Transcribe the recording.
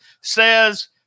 says